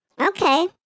Okay